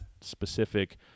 specific